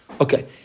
Okay